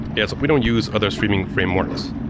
yes, we don't use other streaming frameworks.